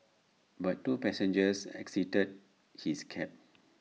but two passengers exited his cab